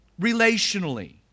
relationally